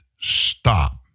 stop